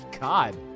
God